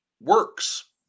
works